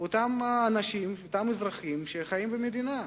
אותם אנשים, אותם אזרחים, שחיים במדינה.